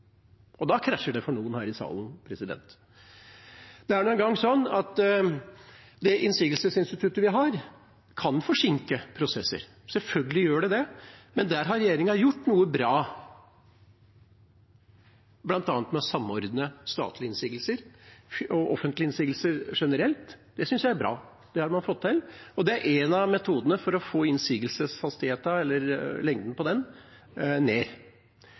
innsigelsesinstitutt. Da krasjer det for noen her i salen. Det er nå en gang sånn at det innsigelsesinstituttet vi har, kan forsinke prosesser. Selvfølgelig gjør det det. Men der har regjeringa gjort noe bra, bl.a. med å samordne statlige innsigelser og offentlige innsigelser generelt. Det syns jeg er bra. Det har man fått til, og det er én av metodene for å få lengden på innsigelsene ned. Så er spørsmålet: Statlig eller